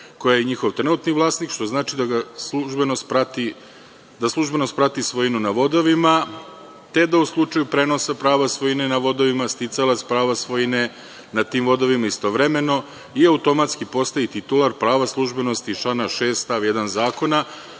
koja je njihova trenutni vlasnik, što znači da službenost prati svojinu na vodovima, te da u slučaju prenosa prava svojine na vodovima sticalac prava svojine na tim vodovima istovremeno i automatski postaje i titular prava službenosti iz člana 6. stav 1. zakona,